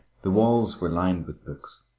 the walls were lined with books.